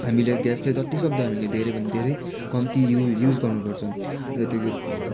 हामीले ग्यास चाहिँ जति सक्दो हामीले धेरैभन्दा धेरै कम्ती युज गर्नु पर्छ त्यो